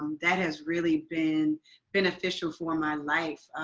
um that has really been beneficial for my life.